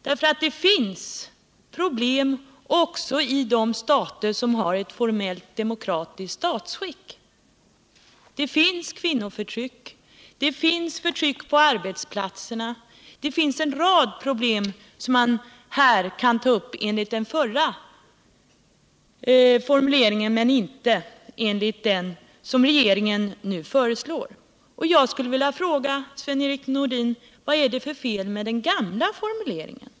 Det finns problem också i de stater som har ett formellt demokratiskt statsskick. Det finns kvinnoförtryck. Det finns förtryck på arbetsplatserna. Det finns en rad problem som man här kan ta upp enligt den förra formuleringen men inte enligt den som regeringen nu föreslår. Jag skulle vilja fråga Sven-Erik Nordin: Vad är det för fel på den gamla formuleringen?